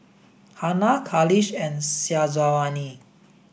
Hana Khalish and Syazwani